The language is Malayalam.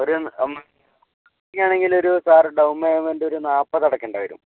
ഒരു ആണെങ്കിലൊരു സാറ് ഡൗൺ പേയ്മെൻ്റ് ഒരു നാൽപ്പത് അടക്കേണ്ടി വരും